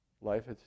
Life